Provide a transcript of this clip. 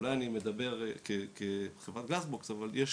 אולי אני מדבר מחברת בגלאסבוקס אבל יש